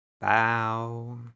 Bow